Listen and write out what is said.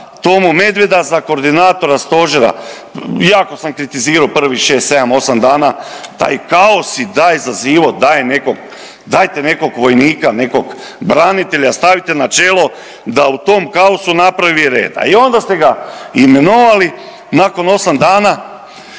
Tomu Medveda za koordinatora Stožera. Jako sam kritizirao prvih 6, 7, 8 dana taj kaos i da je zazivao, da je nekog, dajte nekog vojnika, nekog branitelja, stavite na čelo da u tom kaosu napravi reda i onda ste ga imenovali, nakon 8 dana